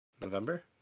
November